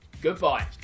goodbye